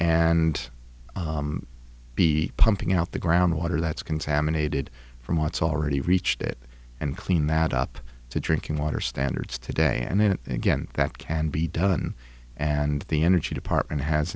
and be pumping out the groundwater that's contaminated from what's already reached it and clean that up to drinking water standards today and then again that can be done and the energy department has